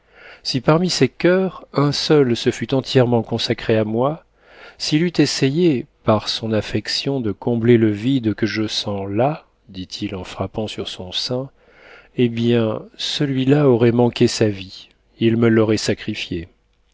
si parmi ces coeurs un seul se fût entièrement consacré à moi s'il eût essayé par son affection de combler le vide que je sens là dit-il en frappant sur son sein eh bien celui-là aurait manqué sa vie il me l'aurait sacrifiée